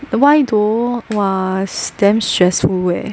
the why though !wah! damn stressful leh